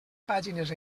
pàgines